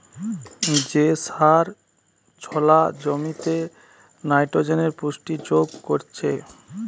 যে সার জোলা জমিতে নাইট্রোজেনের পুষ্টি যোগ করছে